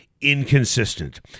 inconsistent